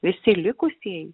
visi likusieji